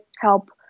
help